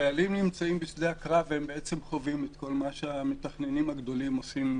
כשחיילים נמצאים בשדה הקרב הם חווים את כל מה שהמתכננים הגדולים עושים